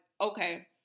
okay